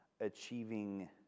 achieving